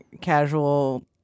casual